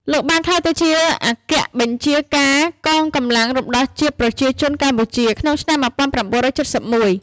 លោក បានក្លាយទៅជាអគ្គបញ្ជា ការកងកម្លាំងរំដោះជាតិប្រជាជនកម្ពុជា ក្នុងឆ្នាំ១៩៧១ ។